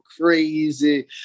crazy